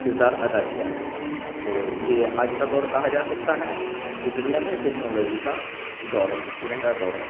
کردار ادا کیا ہے تو یہ آج کا دور کہا جا سکتا ہے کہ دنیا میں ٹیکنالوجی کا دور ہے سنہرا دور ہے